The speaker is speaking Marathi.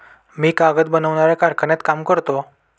मी कागद बनवणाऱ्या कारखान्यात काम करतो